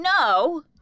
no